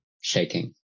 shaking